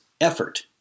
effort